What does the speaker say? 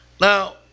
Now